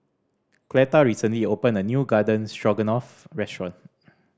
Cleta recently opened a new Garden Stroganoff restaurant